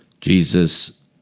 Jesus